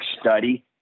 study